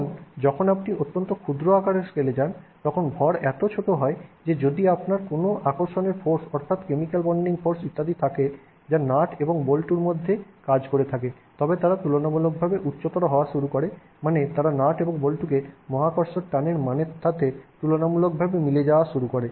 এখন যখন আপনি অত্যন্ত ক্ষুদ্র আকারের স্কেলে যান তখন ভর এত ছোট হয় যে যদি আপনার কোন আকর্ষণের ফোর্স অর্থাৎ কেমিকাল বন্ডিং ফোর্স ইত্যাদি থাকে যা নাট এবং বল্টুর মধ্যেও কাজ করে থাকে তবে তারা তুলনামূলকভাবে উচ্চতর হওয়া শুরু করে মানে তারা নাট এবং বল্টুতে মহাকর্ষের টানের মানের সাথে তুলনামূলকভাবে মিলে যাওয়া শুরু করে